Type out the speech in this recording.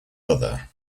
other